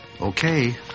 Okay